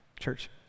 Church